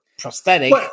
prosthetic